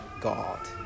God